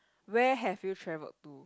where have you travelled to